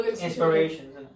inspirations